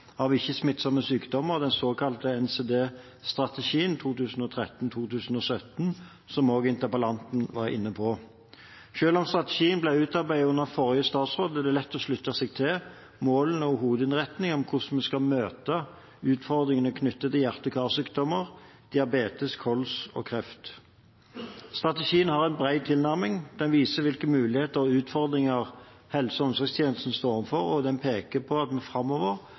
av fire ikke-smittsomme folkesykdommer, den såkalte NCD-strategien 2013–2017, som også interpellanten var inne på. Selv om strategien ble utarbeidet under forrige statsråd, er det lett å slutte seg til målene og hovedinnretningen for hvordan vi skal møte utfordringene knyttet til hjerte- og karsykdommer, diabetes, kols og kreft. Strategien har en bred tilnærming. Den viser hvilke muligheter og utfordringer helse- og omsorgstjenesten står overfor, og den peker på at vi framover